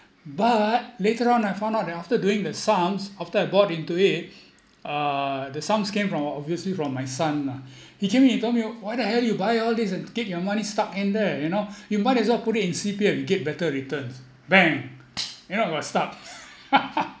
but later on I found out that after doing that sums after I bought into it uh the sums came from obviously from my son lah he came in and told me why the hell you buy all these and get your money stuck in there you know you might as well put it in C_P_F you get better returns bang you know I got stuck